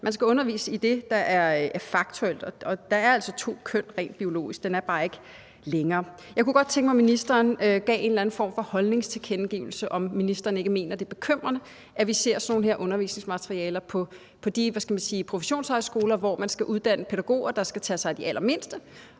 Man skal undervise i det, der er faktuelt, og der er altså to køn rent biologisk. Den er bare ikke længere. Jeg kunne godt tænke mig, at ministeren gav en eller anden form for holdningstilkendegivelse, altså om ministeren ikke mener, at det er bekymrende, at vi ser sådan nogle undervisningsmaterialer her på de professionshøjskoler, hvor man skal uddanne pædagoger, der skal tage sig af de allermindste,